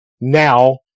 now